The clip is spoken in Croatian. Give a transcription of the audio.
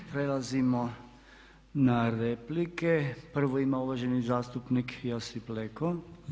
Prelazimo na replike, prvu ima uvaženi zastupnik Josip Leko.